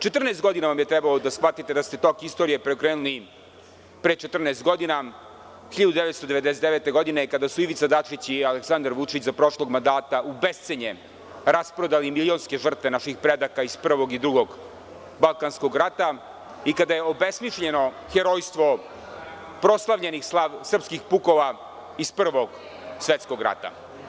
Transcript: Četrnaest godina vam je trebalo da shvatite da ste tok istorije preokrenuli pre 14 godina, 1999. godine kada su Ivica Dačić i Aleksandar Vučić za prošlog mandata u bescenje rasprodali milionske žrtve naših predaka iz Prvog i Drugog balkanskog rata i kada je obesmišljeno herojstvo proslavljenih srpskih pukova iz Prvog svetskog rata.